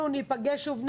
אנחנו ניפגש שוב.